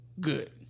good